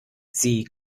sie